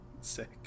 Sick